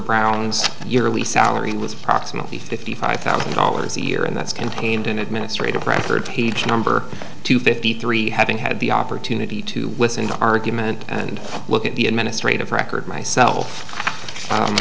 brown's yearly salary with approximately fifty five thousand dollars a year and that's contained in administrative record teacher number two fifty three having had the opportunity to listen to argument and look at the administrative record myself